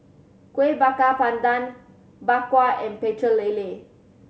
Kuih Bakar Pandan Bak Kwa and Pecel Lele